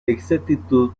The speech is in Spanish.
exactitud